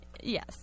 Yes